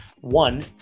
One